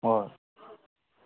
ꯍꯣꯏ